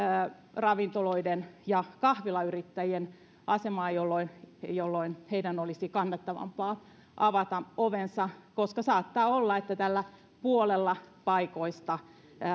ravintoloiden ja kahvilayrittäjien asemaa jolloin jolloin heidän olisi kannattavampaa avata ovensa koska saattaa olla että tällä puolella paikoista